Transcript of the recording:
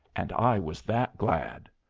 and i was that glad.